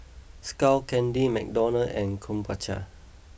Skull Candy McDonald's and Krombacher